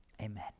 amen